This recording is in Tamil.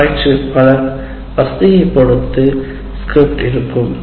பயிற்றுவிப்பாளர் வசதியைப் பொருத்து ஸ்கிரிப்ட் இருக்கும் உடன்